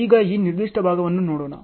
ಈಗ ಈ ನಿರ್ದಿಷ್ಟ ಭಾಗವನ್ನು ನೋಡೋಣ